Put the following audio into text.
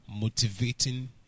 motivating